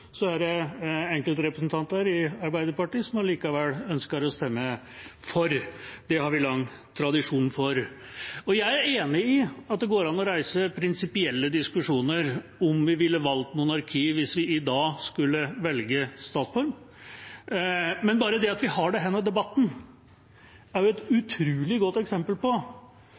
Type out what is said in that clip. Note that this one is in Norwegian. er det likevel enkeltrepresentanter i Arbeiderpartiet som ønsker å stemme for. Det har vi lang tradisjon for. Jeg er enig i at det går an å reise prinsipielle diskusjoner om hvorvidt vi ville ha valgt monarki hvis vi i dag skulle valgt statsform. Men bare det at vi har denne debatten, er et utrolig godt eksempel på